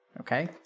okay